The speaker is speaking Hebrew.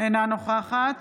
אינה נוכחת